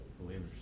Believers